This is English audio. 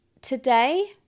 today